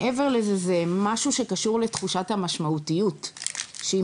מעבר לכך זה משהו שקשור לתחושת המשמעותיות שהיא